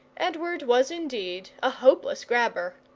edward was indeed a hopeless grabber.